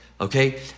okay